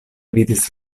vidis